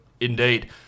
indeed